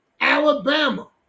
Alabama